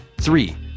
Three